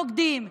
נוקדים,